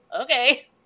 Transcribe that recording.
okay